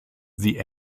sie